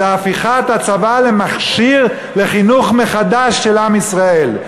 זה הפיכת הצבא למכשיר לחינוך מחדש של עם ישראל.